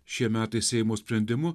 šie metai seimo sprendimu